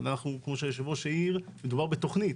אבל מדובר בתכנית,